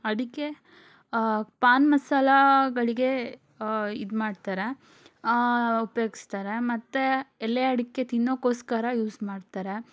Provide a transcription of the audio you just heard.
ಅಡಿಕೆ ಪಾನ್ ಮಸಾಲಗಳಿಗೆ ಇದು ಮಾಡ್ತಾರೆ ಉಪಯೋಗಿಸ್ತಾರೆ ಮತ್ತು ಎಲೆ ಅಡಿಕೆ ತಿನ್ನೋಕೋಸ್ಕರ ಯೂಸ್ ಮಾಡ್ತಾರೆ